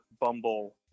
Bumble